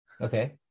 Okay